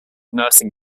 nursing